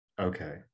Okay